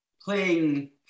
playing